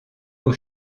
aux